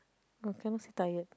no cannot say tired